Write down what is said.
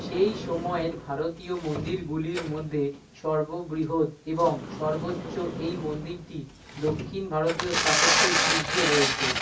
সেই সময়ের ভারতীয় মন্দিরগুলির মধ্যে সর্ববৃহৎ এবং সর্বোচ্চ এই মন্দিরটি দক্ষিণ ভারতীয় স্থাপত্যের শীর্ষে রয়েছে